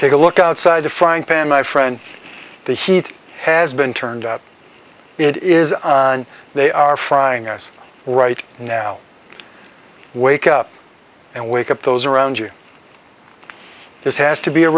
take a look outside the frying pan my friend the heat has been turned it is on they are frying us right now wake up and wake up those around you this has to be a